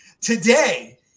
Today